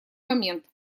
момент